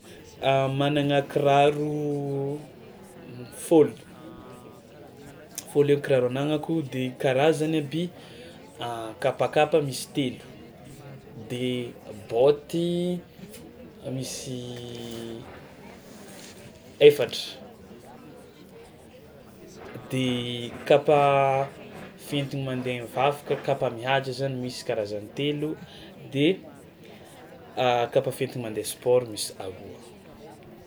Magnana kiraro fôlo, fôlo eo kiraro agnanako de karazany aby kapakapa misy telo de baoty misy efatra de kapa fentigny mandeha mivavaka kapa mihaja zany misy karazany telo de kapa fentiko mandeha misy aroa.